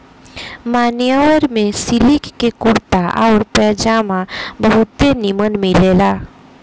मान्यवर में सिलिक के कुर्ता आउर पयजामा बहुते निमन मिलेला